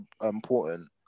important